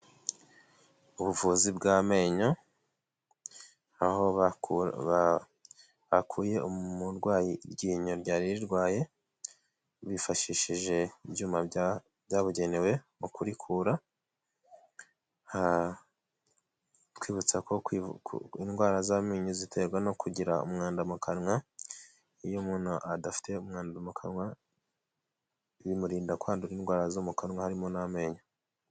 Ubuvuzi bw'amenyo, aho bakuye umurwayi iryinyo ryari rirwaye bifashishije ibyuma byabugenewe mu kurikura. Twibutsa ko indwara z'amenyo ziterwa no kugira umwanda mu kanwa, iy’umuntu adafite umwanda mu kanwa bimurinda kwandura indwara zo mu kanwa harimo n'amenyo.